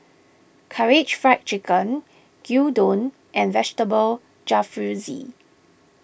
Karaage Fried Chicken Gyudon and Vegetable Jalfrezi